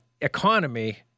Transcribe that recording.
economy